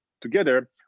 together